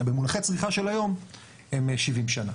במונחי צריכה של היום הם 70 שנה.